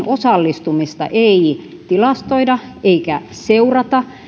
osallistumista ei tilastoida eikä seurata